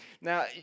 Now